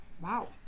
Wow